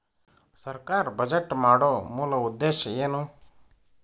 ಸರ್ಕಾರ್ ಬಜೆಟ್ ಮಾಡೊ ಮೂಲ ಉದ್ದೇಶ್ ಏನು?